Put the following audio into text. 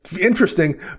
interesting